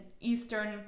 eastern